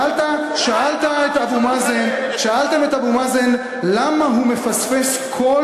שאלתם את אבו מאזן למה הוא מפספס כל